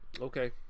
Okay